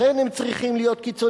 לכן הם צריכים להיות קיצוניים,